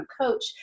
coach